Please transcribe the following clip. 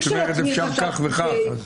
את אומרת שאפשר כך וכך?